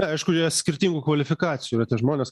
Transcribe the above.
aišku jie skirtingų kvalifikacijų žmonės